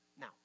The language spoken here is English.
Now